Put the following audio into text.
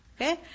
Okay